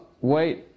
wait